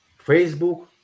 Facebook